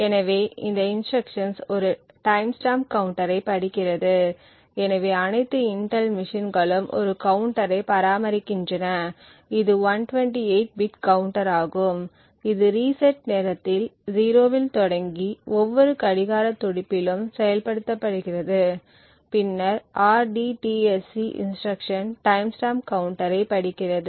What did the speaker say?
எனவே இந்த இன்ஸ்ட்ருக்ஷன்ஸ் ஒரு டைம் ஸ்டாம்ப் கவுண்டரைப் படிக்கிறது எனவே அனைத்து இன்டெல் மெஷின்களும் ஒரு கவுண்டரைப் பராமரிக்கின்றன இது 128 பிட் கவுண்டராகும் இது ரீசெட் நேரத்தில் 0 இல் தொடங்கி ஒவ்வொரு கடிகார துடிப்பிலும் செயல்படுத்துகிறது பின்னர் rdtsc இன்ஸ்ட்ருக்ஷன் டைம் ஸ்டாம்ப் கவுண்டரைப்படிக்கிறது